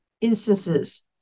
instances